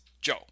joe